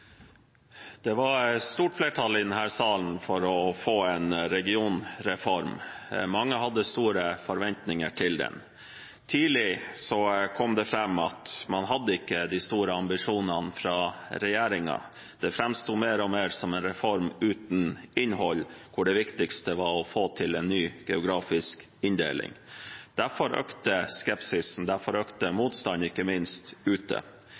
Det var et stort flertall i denne salen for å få en regionreform. Mange hadde store forventninger til den. Tidlig kom det fram at man ikke hadde så store ambisjoner fra regjeringens side. Det framsto mer og mer som en reform uten innhold, hvor det viktigste var å få til en ny geografisk inndeling. Derfor økte skepsisen. Derfor økte ikke minst motstanden ute.